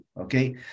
okay